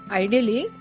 ideally